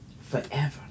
forever